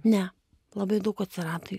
ne labai daug atsirado jų